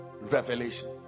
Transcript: Revelation